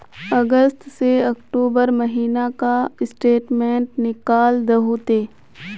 अगस्त से अक्टूबर महीना का स्टेटमेंट निकाल दहु ते?